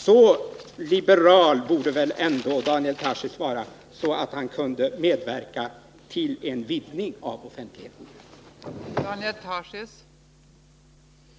Så liberal borde väl Daniel Tarschys ändå vara att han kunde medverka till en vidgning av offentligheten. Införande av ett skaderekvisit medför detta resultat.